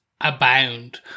abound